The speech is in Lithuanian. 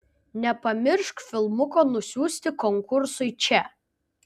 nepamiršk filmuko nusiųsti konkursui čia